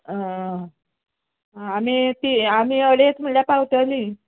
आं आमी ती आमी अडेच म्हळ्यार पावतलीं